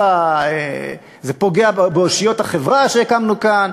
זה פוגע באושיות החברה שהקמנו כאן.